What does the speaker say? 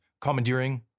commandeering